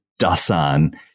Dasan